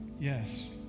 Yes